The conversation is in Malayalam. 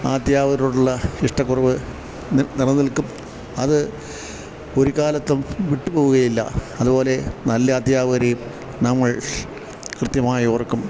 ആ അധ്യാപകരോടുള്ള ഇഷ്ടക്കുറവ് നിലനിൽക്കും അത് ഒരുകാലത്തും വിട്ടുപോവുകയില്ല അതുപോലെ നല്ല അധ്യാപകരെയും നമ്മൾ കൃത്യമായി ഓർക്കും